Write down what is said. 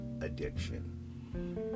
addiction